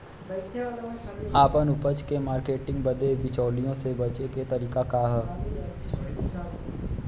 आपन उपज क मार्केटिंग बदे बिचौलियों से बचे क तरीका का ह?